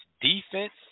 Defense